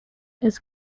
his